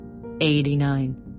89